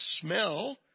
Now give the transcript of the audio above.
smell